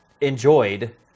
enjoyed